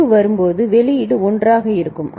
விளிம்பு வரும்போது வெளியீடு 1 ஆக இருக்கும்